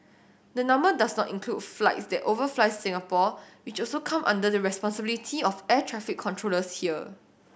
the number does not include flights that overfly Singapore which also come under the responsibility of air traffic controllers here